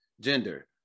gender